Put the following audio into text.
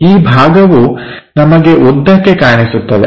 ಈ ಭಾಗವು ನಮಗೆ ಉದ್ದಕ್ಕೆ ಕಾಣಿಸುತ್ತದೆ